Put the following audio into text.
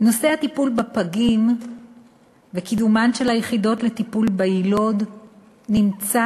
נושא הטיפול בפגים וקידומן של היחידות לטיפול ביילוד נמצא